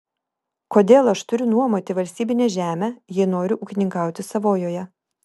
kodėl aš turiu nuomoti valstybinę žemę jei noriu ūkininkauti savojoje